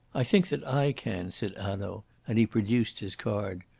i think that i can, said hanaud, and he produced his card.